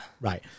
Right